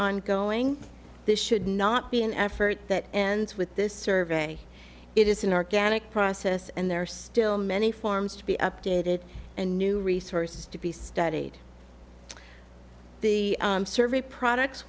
ongoing this should not be an effort that ends with this survey it is an organic process and there are still many forms to be updated and new resources to be studied the survey products